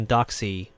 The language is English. Doxy